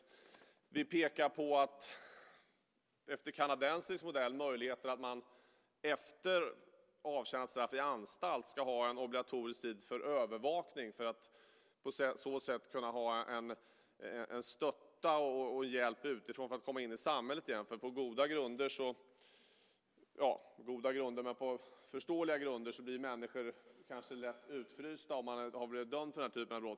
Vi pekar på möjligheten att man, efter kanadensisk modell, efter avtjänat straff i anstalt ska ha en obligatorisk tid för övervakning för att på så sätt kunna ha en stötta och hjälp utifrån för att komma in i samhället igen. På förståeliga grunder blir människor kanske lätt utfrysta om de har blivit dömda för den här typen av brott.